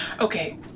Okay